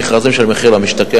במכרזים של המחיר למשתכן.